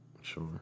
Sure